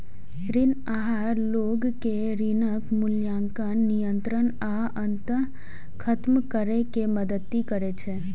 ऋण आहार लोग कें ऋणक मूल्यांकन, नियंत्रण आ अंततः खत्म करै मे मदति करै छै